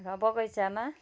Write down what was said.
र बगैँचामा